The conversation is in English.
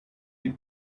the